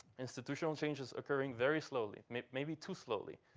institutional change is occurring very slowly, maybe maybe too slowly.